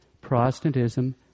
Protestantism